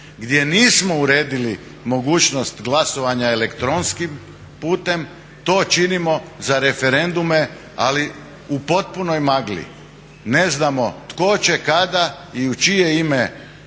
gdje nismo uredili mogućnost glasovanja elektronskim putem to činimo za referendume ali u potpunoj magli. Ne znamo tko će, kada i u čije ime